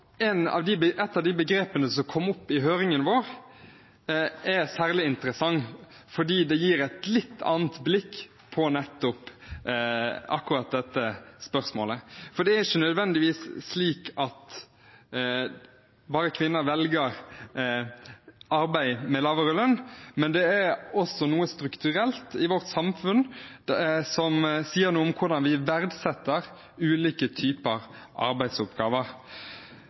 et av de begrepene som kom opp i høringen vår, er særlig interessant, fordi det gir et litt annet blikk på akkurat dette spørsmålet. Det er ikke nødvendigvis slik at bare kvinner velger arbeid med lavere lønn, det er også noe strukturelt i vårt samfunn som sier noe om hvordan vi verdsetter ulike typer arbeidsoppgaver.